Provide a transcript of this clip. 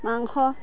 মাংস